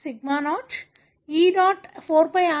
E